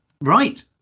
Right